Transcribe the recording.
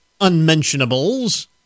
unmentionables